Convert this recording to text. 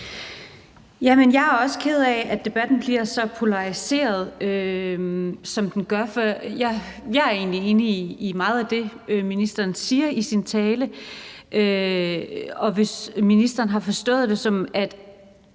Jeg er også ked af, at debatten bliver så polariseret, som den gør, for jeg er egentlig enig i meget af det, ministeren siger i sin tale, og hvis ministeren har forstået det, som at